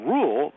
Rule